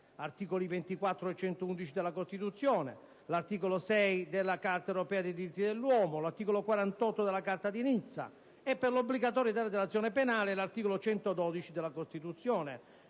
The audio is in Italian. (articoli 24 e 111 della Costituzione, articolo 6 della Carta europea dei diritti dell'uomo, articolo 48 della Carta di Nizza), dell'obbligatorietà dell'azione penale (articolo 112 della Costituzione),